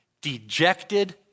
dejected